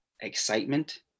excitement